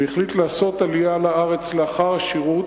והחליט לעשות עלייה לארץ לאחר השירות,